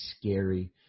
scary